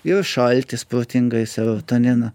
ir šaltis protingai serotoniną